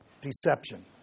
deception